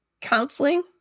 counseling